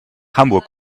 hamburg